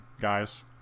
guys